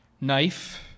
knife